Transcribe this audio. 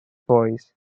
boys